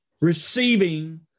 receiving